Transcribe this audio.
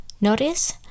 notice